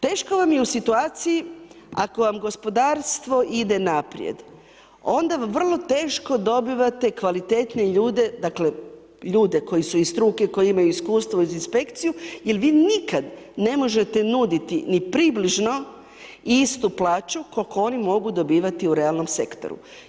Teško vam je u situaciji ako vam gospodarstvo ide naprijed, onda vrlo teško dobivate kvalitetne ljude, dakle ljude koji su iz struke, koji imaju iskustvo uz inspekciju jer vi nikad ne možete nuditi ni približno istu plaću koliko oni mogu dobivati u realnom sektoru.